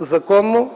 законно